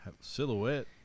silhouette